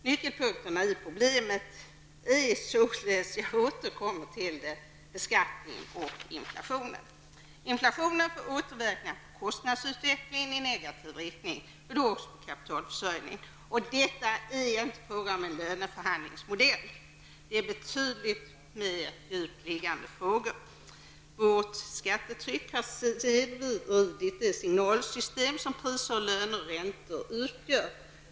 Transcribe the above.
Nyckelpunkterna i problemet är -- jag återkommer till det -- inflationen och beskattningen. Inflationen får återverkningar på kostnadsutvecklingen i negativ riktning och då också på kapitalförsörjningen. Det är inte fråga om en löneförhandlingsmodell, det är betydligt mer djupt liggande frågor. Vårt skattetryck har snedvridit det signalsystem som priser, löner och räntor utgör.